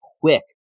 quick